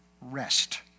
rest